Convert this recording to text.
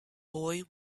boy